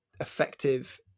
effective